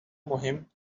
مهم